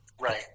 Right